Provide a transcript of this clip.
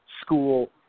school